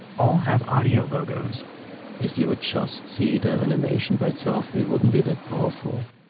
all have audio logos if you would just see the animation by itself, it wouldn't be that powerful.